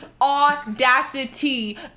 audacity